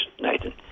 Nathan